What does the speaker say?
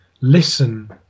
listen